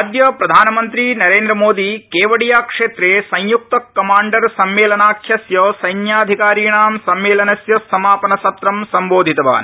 अद्य प्रधानमंत्री नरेन्द्रमोदी केवडियाक्षेत्रे संयुक्तकमाण्डर सम्मेलनाख्यस्य सैन्याधिकारीणी सम्मेलनस्य समापनसत्रम् सम्बोधितवान्